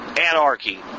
anarchy